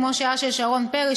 כמו שהיה של שרון פרי,